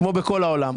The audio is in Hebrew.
כמו בכל העולם.